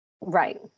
Right